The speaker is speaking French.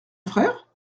frère